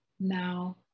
now